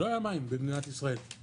לא היו מים במדינת ישראל.